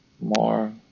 more